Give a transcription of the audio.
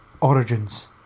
Origins